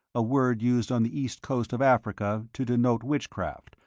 a word used on the east coast of africa to denote witchcraft,